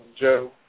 Joe